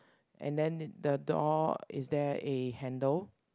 and then the door is there a handle